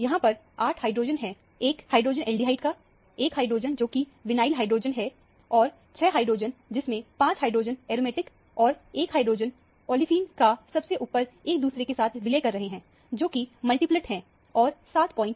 यहां पर 8 हाइड्रोजन हैं एक हाइड्रोजन एल्डिहाइड का एक हाइड्रोजन जोकि विनाइलिक हाइड्रोजन है और 6 हाइड्रोजन जिसमें 5 हाइड्रोजन एरोमेटिक और 1 हाइड्रोजन ओलेफाइन का सबसे ऊपर एक दूसरे के साथ विलय कर रहे हैं जो कि मल्टीप्लेट है और 75 के आसपास के सिग्नल के लिए जिम्मेदार है